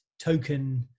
token